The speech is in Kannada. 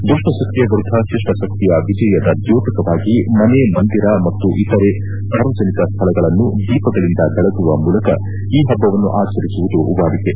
ದುಷ್ಷಶಕ್ತಿಯ ವಿರುದ್ದ ಶಿಷ್ಣ ಶಕ್ತಿಯ ವಿಜಯದ ದ್ಯೋತಕವಾಗಿ ಮನೆ ಮಂದಿರ ಮತ್ತು ಇತರೆ ಸಾರ್ವಜನಿಕ ಸ್ಥಳಗಳನ್ನು ದೀಪಗಳಿಂದ ಬೆಳಗುವ ಮೂಲಕ ಈ ಹಬ್ಬವನ್ನು ಆಚರಿಸುವುದು ವಾಡಿಕೆ